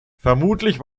vermutlich